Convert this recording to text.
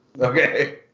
Okay